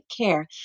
care